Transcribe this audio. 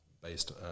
based